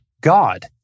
God